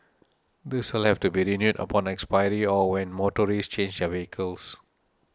this will have to be renewed upon expiry or when motorists change their vehicles